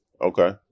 okay